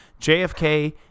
JFK